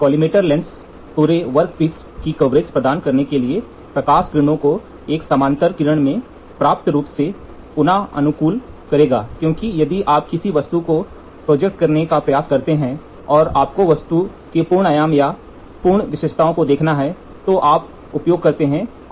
कोलाइमर lens पूरे workpiece की coverage प्रदान करने के लिए प्रकाश किरणों को एक समानांतर किरण में पर्याप्त रूप से पुनः अनुकूल करेगा क्योंकि यदि आप किसी वस्तु को प्रोजेक्ट करने का प्रयास करते हैं और आपको वस्तु के पूर्ण आयाम या पूर्ण विशेषताओं को देखना है तो हम उपयोग करते हैं एक कोलेमेटर लेंस